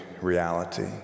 reality